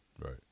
Right